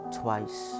twice